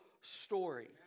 story